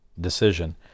decision